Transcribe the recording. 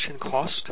cost